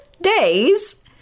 days